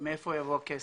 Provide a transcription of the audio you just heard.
ומהיכן יבוא הכסף?